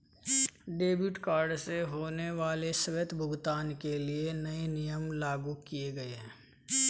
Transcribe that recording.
debit card से होने वाले स्वतः भुगतान के लिए नए नियम लागू किये गए है